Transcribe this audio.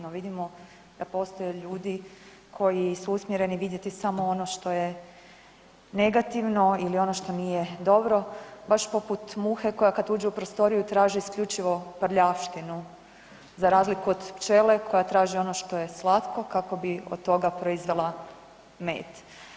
No vidimo da postoje ljudi koji su usmjereni vidjeti samo ono što je negativno ili ono što nije dobro baš poput muhe koja kad uđe u prostoriju traži isključivo prljavštinu za razliku od pčele koja traži ono što je slatko kako bi od toga proizvela med.